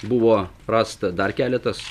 buvo rasta dar keletas